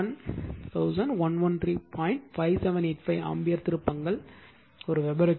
5785 ampere திருப்பங்கள் வெபருக்கு